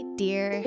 dear